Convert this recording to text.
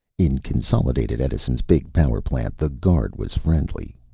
in consolidated edison's big power plant, the guard was friendly.